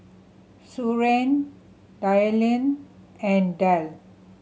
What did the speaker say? Soren Dylan and Del